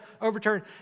overturned